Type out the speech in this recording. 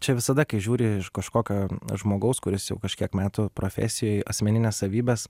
čia visada kai žiūri iš kažkokio žmogaus kuris jau kažkiek metų profesijoj asmenines savybes